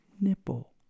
Nipple